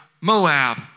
Moab